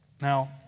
Now